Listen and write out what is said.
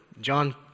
John